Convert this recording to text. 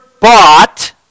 bought